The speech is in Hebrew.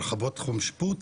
הרחבות תחום שיפוט,